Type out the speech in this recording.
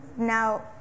now